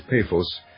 Paphos